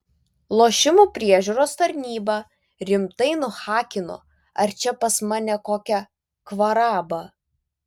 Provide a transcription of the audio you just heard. lošimų priežiūros tarnybą rimtai nuhakino ar čia pas mane kokia kvaraba